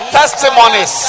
testimonies